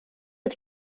hit